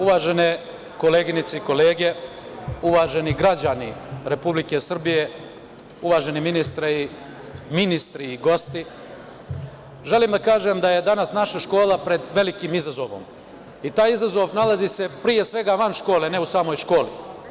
Uvažene koleginice i kolege, uvaženi građani Republike Srbije, uvaženi ministre, ministri i gosti, želim da kažem da je danas naša škola pred velikim izazovom i taj izazov nalazi se pre svega van škole, ne u samoj školi.